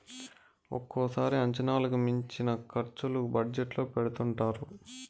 ఒక్కోసారి అంచనాలకు మించిన ఖర్చులు బడ్జెట్ లో పెడుతుంటారు